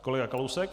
Kolega Kalousek.